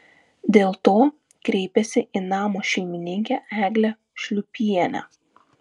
dėl to kreipėsi į namo šeimininkę eglę šliūpienę